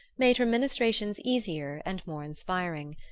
made her ministrations easier and more inspiring.